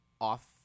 off